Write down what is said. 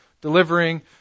delivering